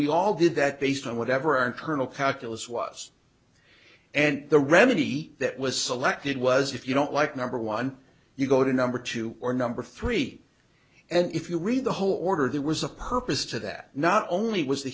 we all did that based on whatever our internal calculus was and the remedy that was selected was if you don't like number one you go to number two or number three and if you read the whole order there was a purpose to that not only was the